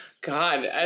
God